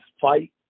fight